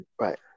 Right